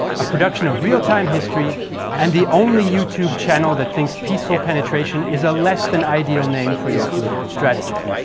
a production of real time history and the only youtube history channel that thinks peaceful penetration is a less than ideal name for your political strategy.